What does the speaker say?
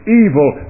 evil